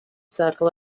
circle